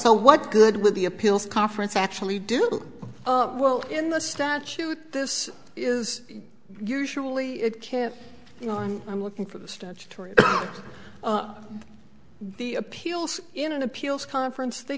also what good would the appeals conference actually do well in the statute this is usually it can't you know i'm i'm looking for the statutory the appeals in an appeals conference they